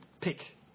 pick